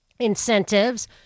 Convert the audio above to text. Incentives